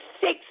six